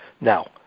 Now